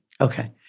Okay